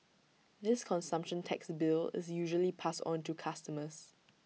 this consumption tax bill is usually passed on to customers